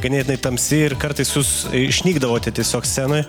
ganėtinai tamsi ir kartais jūs išnykdavote tiesiog scenoj